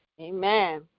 Amen